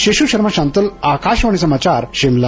शिशु शर्मा शांतल आकाशवाणी समाचार शिमला